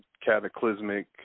cataclysmic